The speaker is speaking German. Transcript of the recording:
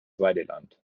weideland